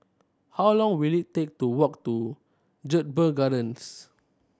how long will it take to walk to Jedburgh Gardens